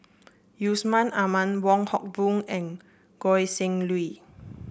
Yusman Aman Wong Hock Boon and Goi Seng Hui